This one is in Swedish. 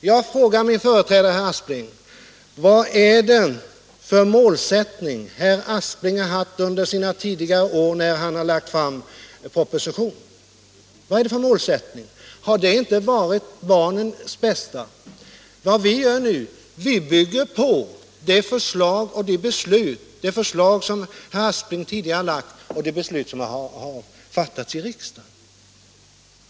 Jag vill fråga min företrädare, herr Aspling, vilken målsättning han har haft under de år han har lagt fram propositioner om familjepolitiken. Har målsättningen inte varit barnens bästa? Vad vi nu gör är att bygga på de beslut som riksdagen på herr Asplings förslag tidigare har fattat.